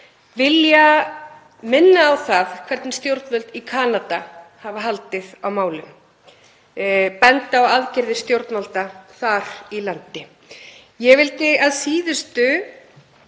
vilja minna á það hvernig stjórnvöld í Kanada hafa haldið á málum. Ég bendi á aðgerðir stjórnvalda þar í landi. Ég vildi að síðustu